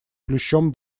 плющом